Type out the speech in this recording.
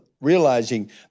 realizing